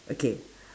okay